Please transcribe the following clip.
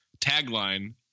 Tagline